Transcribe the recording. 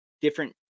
different